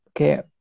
okay